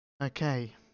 Okay